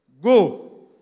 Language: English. Go